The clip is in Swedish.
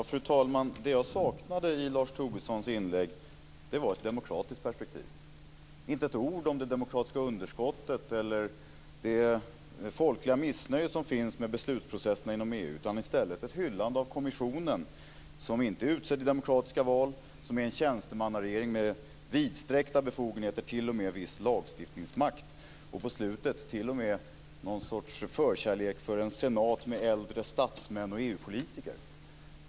Fru talman! Det jag saknade i Lars Tobissons inlägg var ett demokratiskt perspektiv. Det sades inte ett ord om det demokratiska underskottet eller det folkliga missnöje som finns med beslutsprocesserna inom EU, utan i stället var det ett hyllande av kommissionen, som inte är utsedd i demokratiska val och som är en tjänstemannaregering med vidsträckta befogenheter och viss lagstiftningsmakt. På slutet visade sig t.o.m. något slags förkärlek för en senat med äldre statsmän och EU-politiker.